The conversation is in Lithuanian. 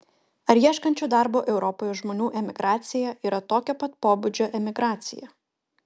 ar ieškančių darbo europoje žmonių emigracija yra tokio pat pobūdžio emigracija